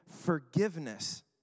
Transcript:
forgiveness